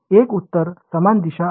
एक उत्तर समान दिशा आहे